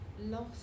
lost